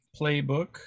playbook